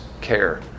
care